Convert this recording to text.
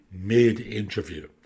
mid-interview